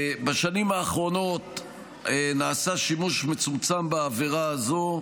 בשנים האחרונות נעשה שימוש מצומצם בעבירה הזו,